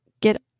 get